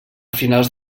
finals